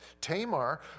Tamar